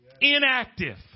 inactive